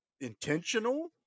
intentional